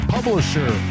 Publisher